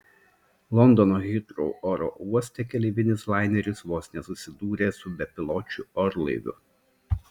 londono hitrou oro uoste keleivinis laineris vos nesusidūrė su bepiločiu orlaiviu